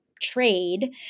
trade